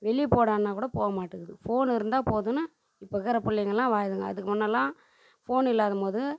வெளியே போடானாக்கூட போக மாட்டுகுது ஃபோன் இருந்தால் போதுன்னு இப்போ இருக்கிற பிள்ளைங்களாம் வாழுதுங்க அதுக்கு முன்னெல்லாம் ஃபோன் இல்லாதம்போது